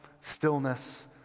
stillness